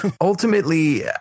ultimately